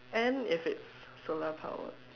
and if it's solar powered